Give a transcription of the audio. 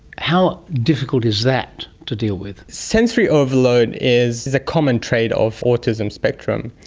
how difficult is that to deal with? sensory overload is is a common trait of autism spectrum.